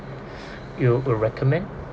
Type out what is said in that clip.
you would recommend